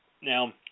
Now